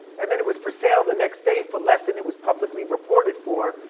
and then it was for sale the next day for less than it was publicly reported for.